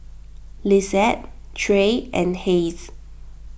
Lisette Trey and Hayes